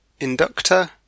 inductor